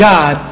God